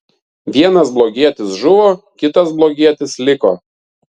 vienas blogietis žuvo kitas blogietis liko